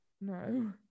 No